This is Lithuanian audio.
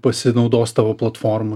pasinaudos tavo platforma